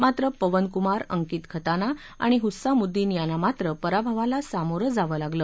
मात्र पवन कुमार अंकित खताना आणि हुस्सामुद्दिन यांना मात्र पराभवाला सामोरं जावं लागलं